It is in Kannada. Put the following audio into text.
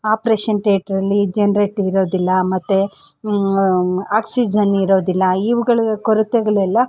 ಆಪ್ರೇಷನ್ ಥಿಯೇಟ್ರಲ್ಲಿ ಜನ್ರೇಟ್ರ್ ಇರೋದಿಲ್ಲ ಮತ್ತೆ ಆಕ್ಸಿಜನ್ ಇರೋದಿಲ್ಲ ಇವುಗಳ ಕೊರತೆಗಳೆಲ್ಲ